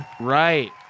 Right